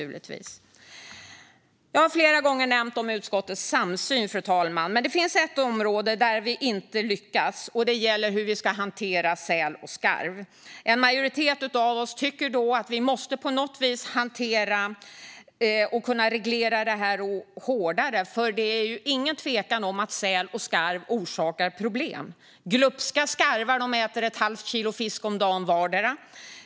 Jag har flera gånger nämnt utskottets samsyn, fru talman. Men det finns ett område där vi inte lyckats, och det gäller hur vi ska hantera säl och skarv. En majoritet av oss tycker att vi på något vis måste hantera detta och kunna reglera det hårdare. Det är nämligen ingen tvekan om att säl och skarv orsakar problem. Glupska skarvar äter ett halvt kilo fisk om dagen vardera.